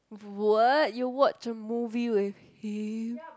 what you watch a movie with him